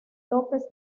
lópez